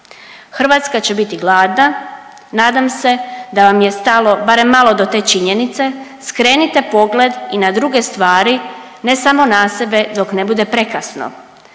Hrvatska će biti gladna, nadam se da vam je stalo barem malo do te činjenice, skrenite pogled i na druge stvari ne samo na sebe dok ne bude prekasno